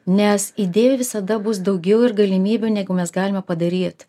nes idėjų visada bus daugiau ir galimybių neigu mes galime padaryt